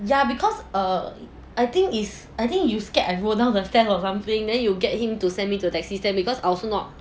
ya because err I think is I think you scared and rolled down the stairs or something then you will get him to send me to taxi stand because I also not